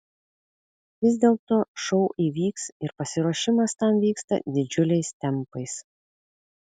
vis dėlto šou įvyks ir pasiruošimas tam vyksta didžiuliais tempais